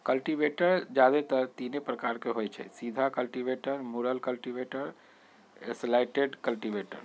cultivator जादेतर तीने प्रकार के होई छई, सीधा कल्टिवेटर, मुरल कल्टिवेटर, स्लैटेड कल्टिवेटर